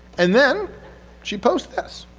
and then she posts this.